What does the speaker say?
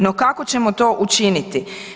No kako ćemo to učiniti?